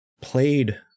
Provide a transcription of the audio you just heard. played